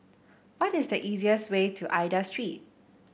what is the easiest way to Aida Street